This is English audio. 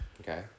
Okay